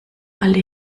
alle